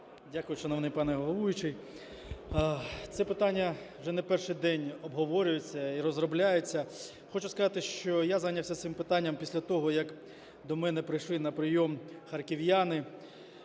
Дякую, шановний пане головуючий. Це питання вже не перший день обговорюється і розробляється. Хочу сказати, що я зайнявся цим питанням після того, як до мене прийшли на прийом харків'яни